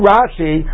Rashi